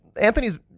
Anthony's